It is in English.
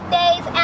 days